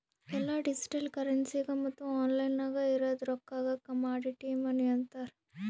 ಎಲ್ಲಾ ಡಿಜಿಟಲ್ ಕರೆನ್ಸಿಗ ಮತ್ತ ಆನ್ಲೈನ್ ನಾಗ್ ಇರದ್ ರೊಕ್ಕಾಗ ಕಮಾಡಿಟಿ ಮನಿ ಅಂತಾರ್